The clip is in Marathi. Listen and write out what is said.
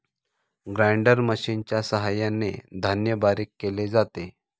ग्राइंडर मशिनच्या सहाय्याने धान्य बारीक केले जाते